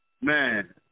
man –